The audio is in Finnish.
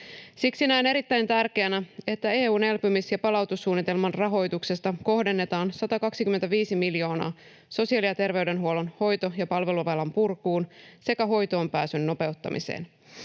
Siksi näen erittäin tärkeänä, että EU:n elpymis- ja palautussuunnitelman rahoituksesta kohdennetaan 125 miljoonaa sosiaali- ja terveydenhuollon hoito- ja palveluvelan purkuun sekä hoitoonpääsyn nopeuttamiseen.